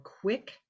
quick